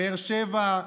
באר שבע,